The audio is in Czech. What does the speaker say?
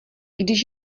když